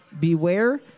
Beware